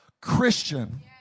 Christian